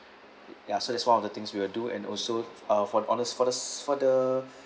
ya so that's one of the things we will do and also uh for on us for the